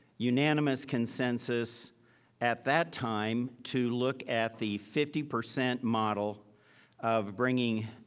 unanimous consensus at that time, to look at the fifty percent model of bringing,